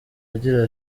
agira